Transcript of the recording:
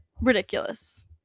Ridiculous